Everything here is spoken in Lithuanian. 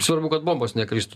svarbu kad bombos nekristų